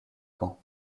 caen